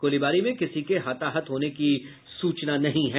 गोलीबारी में किसी के हताहत होने की सूचना नहीं है